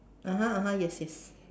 (uh huh) (uh huh) yes yes